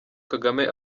kagame